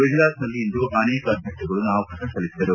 ಗುಜರಾತ್ನಲ್ಲಿ ಇಂದು ಅನೇಕ ಅಭ್ಯರ್ಥಿಗಳು ನಾಮಪತ್ರ ಸಲ್ಲಿಸಿದರು